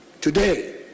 Today